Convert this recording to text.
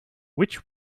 which